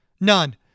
None